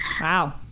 Wow